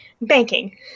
Banking